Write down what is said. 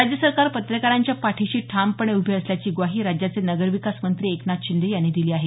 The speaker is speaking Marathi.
राज्य सरकार पत्रकारांच्या पाठीशी ठामपणे उभे असल्याची ग्वाही राज्याचे नगरविकास मंत्री एकनाथ शिंदे यांनी दिली आहे